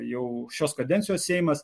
jau šios kadencijos seimas